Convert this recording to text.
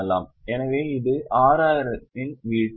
எனவே இது 6000 இன் வீழ்ச்சி